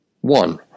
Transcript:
One